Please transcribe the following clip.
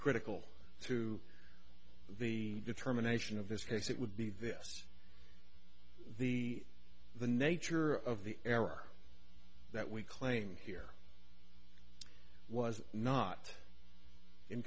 critical to the determination of this case it would be this the the nature of the error that we claim here was not in